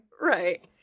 Right